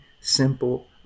simple